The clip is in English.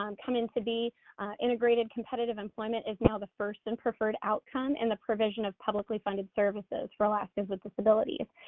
um come in to be integrated, competitive employment is now the first and preferred outcome in the provision of publicly-funded services for alaskans with disabilities.